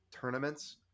tournaments